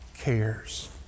cares